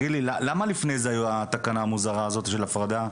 למה לפני זה הייתה התקנה המוזרה הזאת של הפרדה?